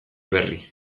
berri